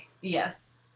Yes